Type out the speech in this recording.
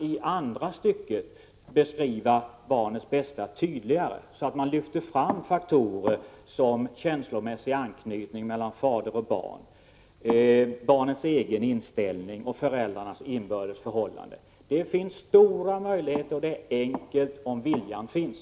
I andra stycket kan barnets bästa beskrivas tydligare, så att faktorer som känslomässig anknytning mellan fader och barn, barnets egen inställning och föräldrarnas inbördes förhållande lyfts fram. Möjligheterna är goda, och det är enkelt om viljan finns.